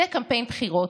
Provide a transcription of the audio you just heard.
זה קמפיין בחירות,